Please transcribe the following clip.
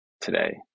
today